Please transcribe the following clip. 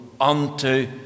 unto